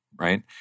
right